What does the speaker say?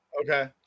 Okay